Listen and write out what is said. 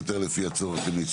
בוקר טוב לכולם.